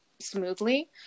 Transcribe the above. smoothly